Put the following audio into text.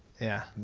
yeah.